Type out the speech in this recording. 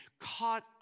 caught